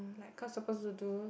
like cause supposed to do